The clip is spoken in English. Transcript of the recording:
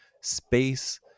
space